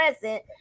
present